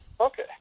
Okay